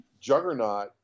juggernaut